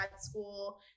school